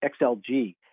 XLG